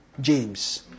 James